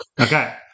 okay